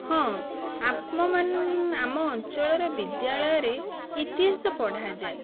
ହଁ ଆପଣ ମାନ ଆମ ଅଞ୍ଚଳର ବିଦ୍ୟାଳୟରେ ଇତିହାସ ପଢ଼ାଯାଏ